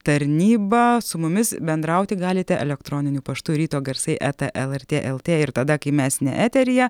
tarnyba su mumis bendrauti galite elektroniniu paštu ryto garsai eta lrt lt ir tada kai mes ne eteryje